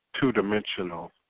two-dimensional